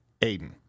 Aiden